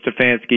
Stefanski